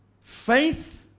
Faith